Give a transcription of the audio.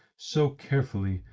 so carefully,